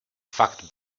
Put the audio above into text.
fakt